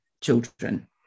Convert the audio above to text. children